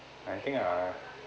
I think I